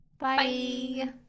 Bye